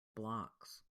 blocks